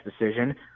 decision